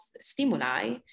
stimuli